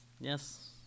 Yes